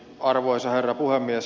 arvoisa herra puhemies